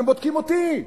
אתם בודקים אותי: